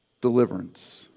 deliverance